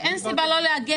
אין סיבה לא לעגן.